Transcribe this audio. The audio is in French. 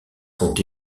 sont